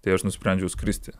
tai aš nusprendžiau skristi